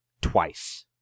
twice